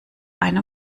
einem